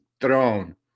throne